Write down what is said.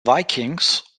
vikings